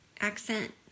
accent